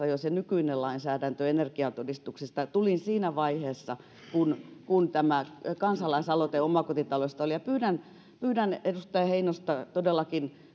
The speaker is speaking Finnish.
jo olemassa nykyinen lainsäädäntö energiatodistuksista tulin siinä vaiheessa kun kun tämä kansalaisaloite omakotitaloista oli pyydän pyydän edustaja heinosta todellakin